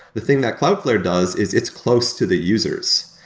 the thing that cloudflare does is it's close to the users.